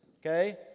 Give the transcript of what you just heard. Okay